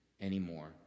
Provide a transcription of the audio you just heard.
anymore